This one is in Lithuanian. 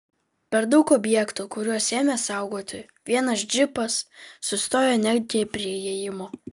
per daug objektų kuriuos ėmė saugoti vienas džipas sustojo netgi prie įėjimo